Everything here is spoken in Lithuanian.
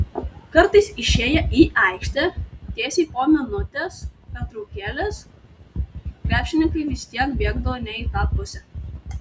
kartais išėję į aikštę tiesiai po minutės pertraukėlės krepšininkai vis tiek bėgdavo ne į tą pusę